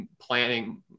planning